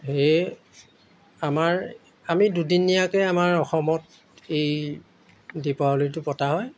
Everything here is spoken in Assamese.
সেয়ে আমাৰ আমি দুদিনীয়াকৈ আমাৰ অসমত এই দীপাৱলীটো পতা হয়